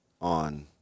on